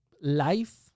life